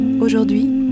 Aujourd'hui